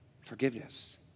forgiveness